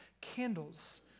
candles